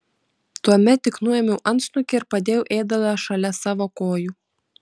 tuomet tik nuėmiau antsnukį ir padėjau ėdalą šalia savo kojų